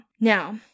Now